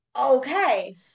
okay